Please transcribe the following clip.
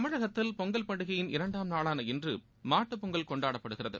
தமிழகத்தில் பொங்கல் பண்டிகையின் இரண்டாம் நாளாள இன்று மாட்டுப் பொங்கல் கொண்டாடப்படுகிறது